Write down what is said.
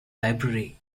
library